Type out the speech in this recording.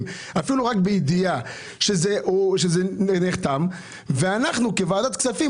אפילו רק בידיעה שזה נחתם ואנחנו כוועדת כספים,